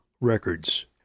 Records